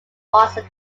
watson